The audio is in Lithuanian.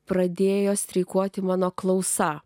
pradėjo streikuoti mano klausa